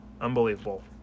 Unbelievable